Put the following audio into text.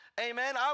amen